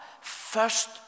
first